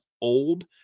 old